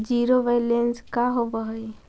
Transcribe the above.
Zero balance का होव हइ?